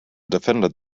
defended